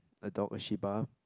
a dog a shiba